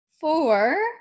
four